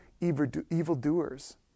evildoers